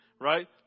right